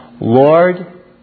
Lord